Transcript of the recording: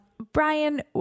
Brian